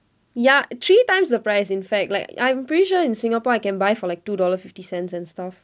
ya three times the price in fact like I'm pretty sure in singapore I can buy for like two dollars fifty cents and stuff